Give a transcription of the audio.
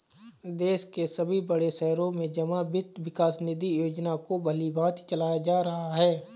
देश के सभी बड़े शहरों में जमा वित्त विकास निधि योजना को भलीभांति चलाया जा रहा है